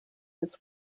his